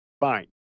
Fine